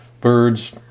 birds